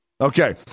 okay